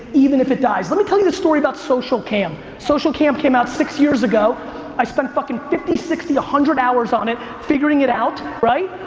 even if it dies. let me tell you the story about socialcam. socialcam came out six years ago i spent fucking fifty, sixty, one hundred hours on it figuring it out, right?